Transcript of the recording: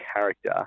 character